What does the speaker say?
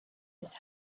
his